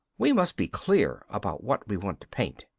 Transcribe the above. we must be clear about what we want to paint.